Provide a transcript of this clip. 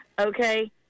Okay